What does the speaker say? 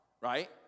right